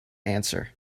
answer